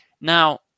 Now